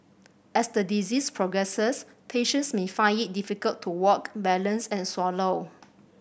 as the disease progresses patients may find it difficult to walk balance and swallow